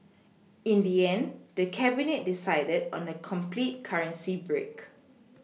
in the end the Cabinet decided on a complete currency break